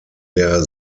der